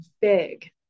big